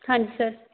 ਹਾਂਜੀ ਸਰ